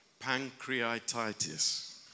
pancreatitis